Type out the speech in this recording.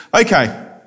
okay